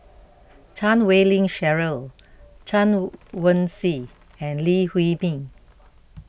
Chan Wei Ling Cheryl Chen Wen Hsi and Lee Huei Min